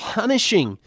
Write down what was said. punishing